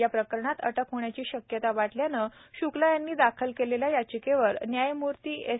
या प्रकरणात अटक होण्याची शक्यता वाटल्यानं श्क्ला यांनी दाखल केलेल्या याचिकेवर न्यायमूर्ती एस